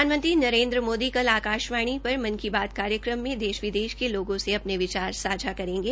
प्रधानमंत्री नरेन्द्र मोदी कल आकाशवाणी पर मन की बात कार्यक्रम में देश विदेश के लोगों से अपने विचार सांझा करेंगे